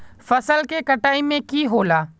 फसल के कटाई में की होला?